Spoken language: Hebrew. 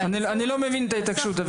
אביגיל, אני לא מבין את ההתעקשות.